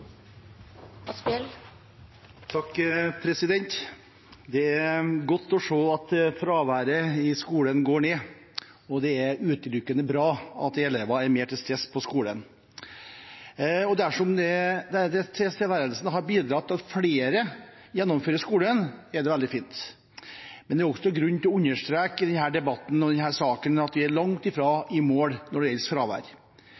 eller endres. Det er godt å se at fraværet i skolen går ned, det er utelukkende bra at elever er mer til stede på skolen. Og dersom tilstedeværelsen har bidratt til at flere gjennomfører skolen, er det veldig fint. Men det er også grunn til å understreke i denne debatten og i denne saken at vi langt fra er i mål når det gjelder fravær.